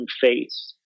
face